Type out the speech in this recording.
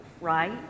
right